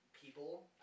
people